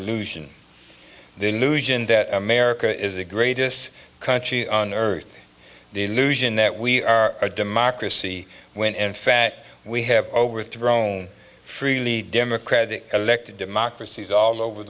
illusion the illusion that america is the greatest country on earth the illusion that we are a democracy when and fat we have overthrown freely democratic elected democracies all over